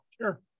Sure